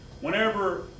Whenever